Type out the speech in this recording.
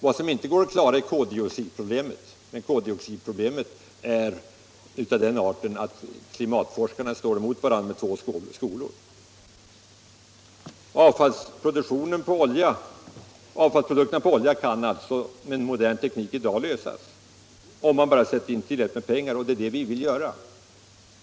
Vad som inte går att klara är däremot koldioxidproblemet, som dock är av den arten att klimatforskarnas uppfattningar står emot varandra i två olika skolor. Oljans avfallsprodukter är ett problem som med modern teknik kan lösas, om man bara sätter in tillräckligt mycket pengar, och det är det vi vill göra.